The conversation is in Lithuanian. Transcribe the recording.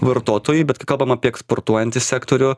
vartotojų bet kai kalbam apie eksportuojantį sektorių